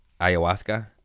ayahuasca